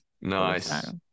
Nice